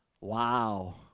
wow